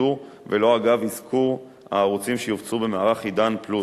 השידור ולא אגב אזכור הערוצים שיופצו במערך "עידן פלוס".